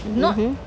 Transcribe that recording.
mmhmm